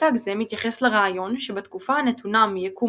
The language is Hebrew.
מושג זה מתייחס לרעיון שבתקופה הנתונה מיקום